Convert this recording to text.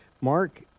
Mark